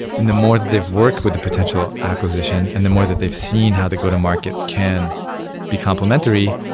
and the more that they've worked with a potential acquisition and the more that they've seen how the go-to markets can be complementary,